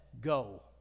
go